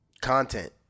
content